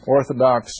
Orthodox